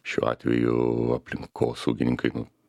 šiuo atveju aplinkosaugininkai nu